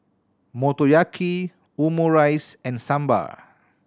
Motoyaki Omurice and Sambar